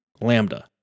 Lambda